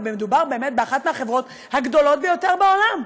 מדובר באחת מהחברות הגדולות ביותר בעולם,